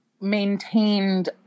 maintained